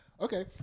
okay